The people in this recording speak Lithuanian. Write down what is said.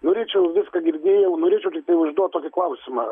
norėčiau viską girdėjau norėčiau užduot tokį klausimą